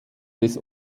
des